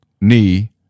knee